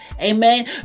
Amen